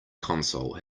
console